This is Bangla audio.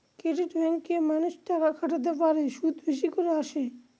ক্রেডিট ব্যাঙ্কে মানুষ টাকা খাটাতে পারে, সুদ বেশি করে আসে